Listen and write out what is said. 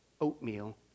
oatmeal